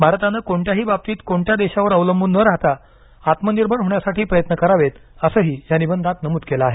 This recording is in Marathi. भारताने कोणत्याही बाबतीत कोणत्या देशांवर अवलंबून न राहता आत्मनिर्भर होण्यासाठी प्रयत्न करावेत असं या निबंधात नमूद केलं आहे